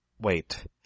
wait